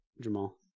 Jamal